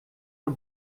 der